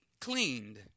cleaned